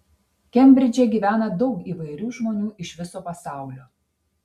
kembridže gyvena daug įvairių žmonių iš viso pasaulio